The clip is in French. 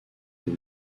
des